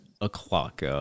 o'clock